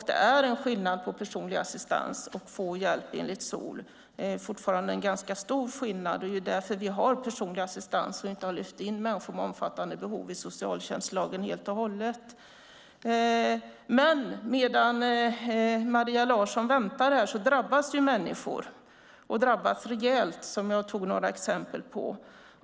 Det är en skillnad på personlig assistans och hjälp enligt SOL, fortfarande en ganska stor skillnad. Det är därför vi har personlig assistans och inte har lyft in människor med omfattande behov att omfattas av socialtjänstlagen helt och hållet. Medan Maria Larsson väntar drabbas människor, och drabbas rejält, som jag tog några exempel på.